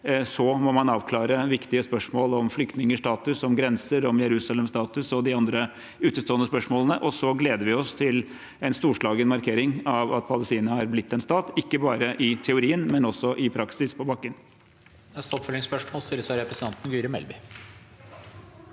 Så må man avklare viktige spørsmål om flyktningers status, grenser, Jerusalems status og de andre utestående spørsmålene og glede oss til en storslagen markering av at Palestina har blitt en stat, ikke bare i teorien, men også i praksis på bakken.